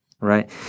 right